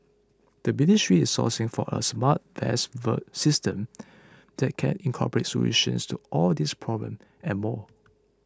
the ministry is sourcing for a smart vest word system that can incorporate solutions to all these problems and more